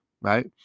right